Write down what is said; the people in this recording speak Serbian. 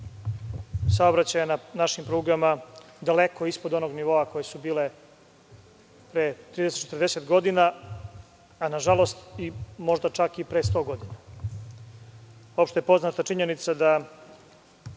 saobraćaja na našim prugama, daleko ispod onog nivoa koji su bili pre 30-40 godina, a nažalost možda čak i pre 100 godina. Opšte poznata činjenica da